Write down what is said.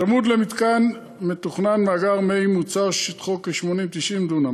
צמוד למתקן מתוכנן מאגר מי מוצר ששטחו 80 90 דונם.